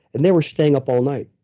and they were staying up all night.